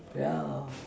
yeah